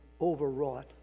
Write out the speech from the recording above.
overwrought